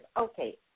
Okay